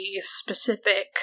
specific